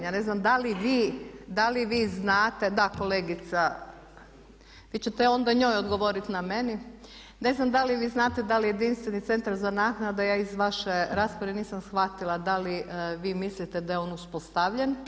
Ja ne znam da li vi znate da kolegica, vi ćete onda njoj odgovoriti na meni, ne znam da li vi znate da li jedinstveni centar za naknade, ja iz vaše rasprave nisam shvatila, da li vi mislite da je on uspostavljen.